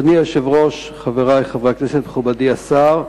אדוני היושב-ראש, חברי חברי הכנסת, מכובדי השר,